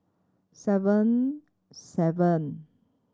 seven seven